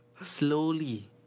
slowly